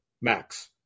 max